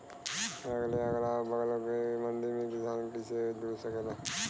अपने अगला बगल के मंडी से किसान कइसे जुड़ सकेला?